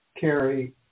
carrie